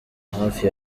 hafi